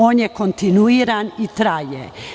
On je kontinuiran i traje.